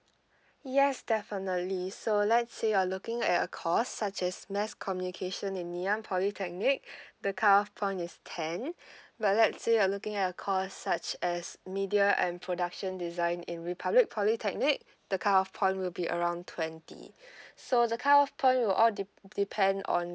yes definitely so let's say you're looking at a course such as mass communication in ngee ann polytechnic the cut off point is ten but let's say you are looking at a course such as media and production design in republic polytechnic the cut off point will be around twenty so the cut off point will all depend on